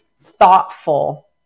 thoughtful